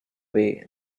way